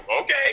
Okay